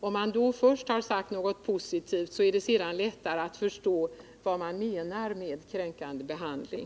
Om man först har sagt något positivt, är det lättare att förstå vad man menar med kränkande behandling.